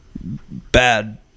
bad